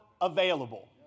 available